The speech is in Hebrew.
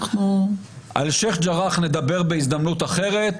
על שייח' ג'ראח נדבר בהזדמנות אחרת,